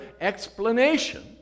explanation